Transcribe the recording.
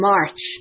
March